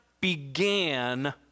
began